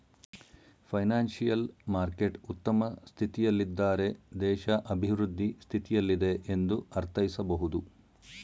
financial market ಉತ್ತಮ ಸ್ಥಿತಿಯಲ್ಲಿದ್ದಾರೆ ದೇಶ ಅಭಿವೃದ್ಧಿ ಸ್ಥಿತಿಯಲ್ಲಿದೆ ಎಂದು ಅರ್ಥೈಸಬಹುದು